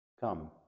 Come